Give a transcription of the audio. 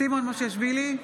סימון מושיאשוילי,